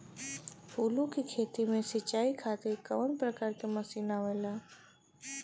फूलो के खेती में सीचाई खातीर कवन प्रकार के मशीन आवेला?